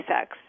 sex